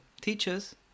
teachers